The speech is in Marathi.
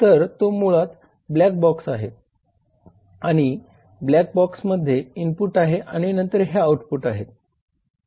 तर तो मुळात ब्लॅक बॉक्स आहे आणि ब्लॅक बॉक्समध्ये इनपुट आहे आणि नंतर हे आउटपुट आहे